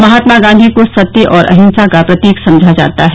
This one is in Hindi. महात्मा गांधी को सत्य और अहिंसा का प्रतीक समझा जाता है